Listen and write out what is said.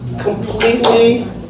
completely